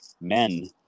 men